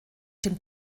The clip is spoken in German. dem